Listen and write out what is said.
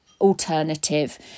alternative